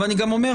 ואני גם אומר,